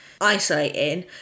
isolating